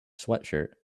sweatshirt